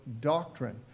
doctrine